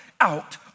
out